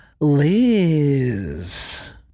Liz